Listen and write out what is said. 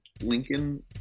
Lincoln